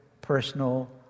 personal